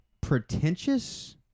pretentious